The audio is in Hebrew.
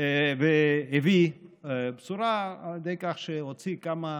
והביא בשורה על ידי כך שהוציא כמה